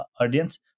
audience